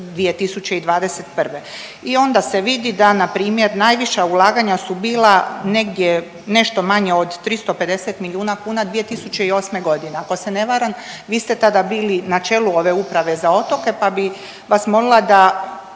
I onda se vidi, da na primjer najviša ulaganja su bila negdje nešto manje od 350 milijuna kuna 2008. godine. Ako se ne varam vi ste tada bili na čelu ove Uprave za otoke, pa bi vas molila da